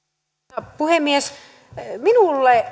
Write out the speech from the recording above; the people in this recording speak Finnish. arvoisa puhemies minulle